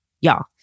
Y'all